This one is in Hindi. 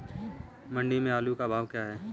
मंडी में आलू का भाव क्या है?